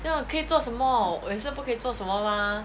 then 我可以做什么我也是不可以做什么吗